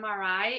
MRI